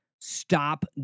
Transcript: Stop